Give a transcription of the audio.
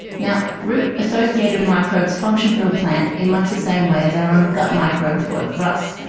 now, root-associated microbes function for a plant in much the same way as our own gut microbes work for us.